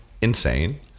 insane